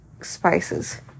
spices